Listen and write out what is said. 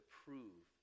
prove